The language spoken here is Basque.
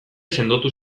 sendotu